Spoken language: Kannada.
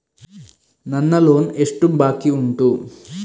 ನನ್ನ ಲೋನ್ ಎಷ್ಟು ಬಾಕಿ ಉಂಟು?